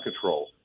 control